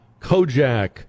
Kojak